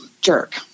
jerk